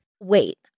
wait